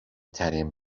ترین